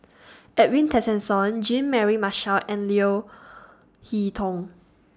Edwin Tessensohn Jean Mary Marshall and Leo Hee Tong